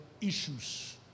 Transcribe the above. issues